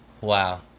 Wow